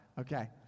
okay